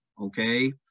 okay